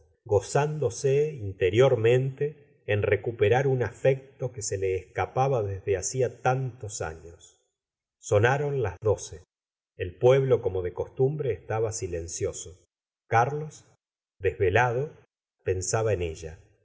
gozándose inte riormente en recuperar un afecto que se le escapaba desde hacia tantos años sonaron las doce el pueblo como de costumbre estaba silencioso carlos desvelado pensaba en ella